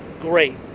great